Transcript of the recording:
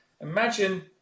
Imagine